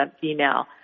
female